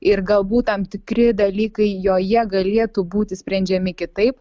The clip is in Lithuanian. ir galbūt tam tikri dalykai joje galėtų būti sprendžiami kitaip